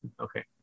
Okay